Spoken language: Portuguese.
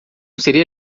seria